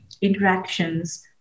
interactions